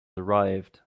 arrived